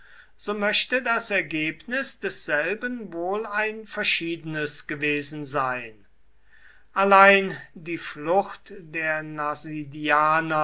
so möchte das ergebnis desselben wohl ein verschiedenes gewesen sein allein die flucht der